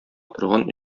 торган